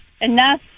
enough